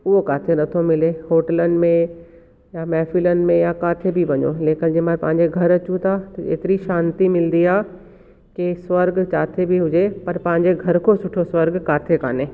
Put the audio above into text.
उहो किते नथो मिले होटलनि में या महफिलनि में या किते बि वञो लेकिन जेमल्हि पांजे घर अचूं था त एतरी शांती मिलंदी आहे कि स्वर्ग किते बि हुजे पर पंहिंजे घर खां सुठो स्वर्ग किते कोन्हे